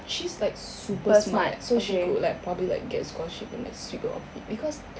she's like super smart so she could like probably like get a scholarship and sweep it off her feet because